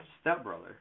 stepbrother